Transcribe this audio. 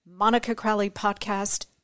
monicacrowleypodcast